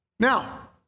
Now